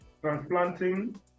transplanting